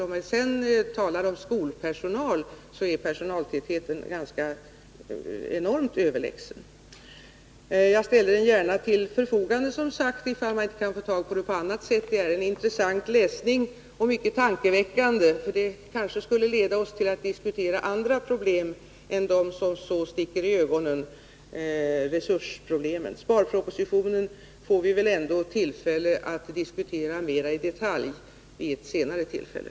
Om man sedan talar om skolpersonal är personaltätheten enormt överlägsen. Jagställer som sagt dessa uppgifter gärna till förfogande, ifall man inte kan få tag på materialet på annat sätt. Det är en intressant och mycket tankeväckande läsning, och den skulle kanske leda oss till att diskutera andra problem än dem som så sticker i ögonen — resursproblemen. Sparpropositionen får vi väl ändå tillfälle att diskutera mer i detalj vid ett senare tillfälle.